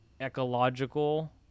ecological